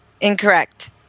Incorrect